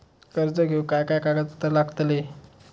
कर्ज घेऊक काय काय कागदपत्र लागतली?